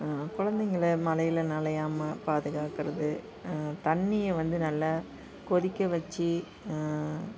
கொழந்தைங்கள மழையில நனையாமல் பாதுகாக்கிறது தண்ணியை வந்து நல்லா கொதிக்க வைச்சு